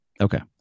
Okay